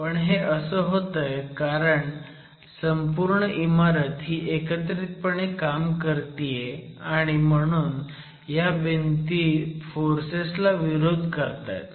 पण हे असं होतंय कारण संपूर्ण इमारत ही एकत्रितपणे काम करतीये आणि म्हणून ह्या भिंती फोर्सेस ना विरोध करतायत